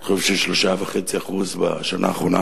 אני חושב ש-3.5% בשנה האחרונה